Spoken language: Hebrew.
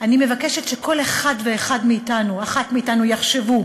אני מבקשת שכל אחד ואחת מאתנו, יחשבו